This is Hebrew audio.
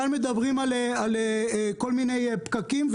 כאן מדברים על כל מיני פקקים,